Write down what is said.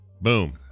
Boom